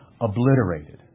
obliterated